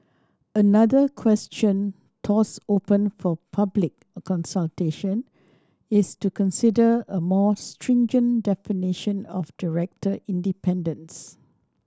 another question tossed open for public consultation is to consider a more stringent definition of director independence